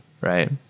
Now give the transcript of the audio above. Right